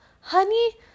Honey